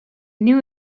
knew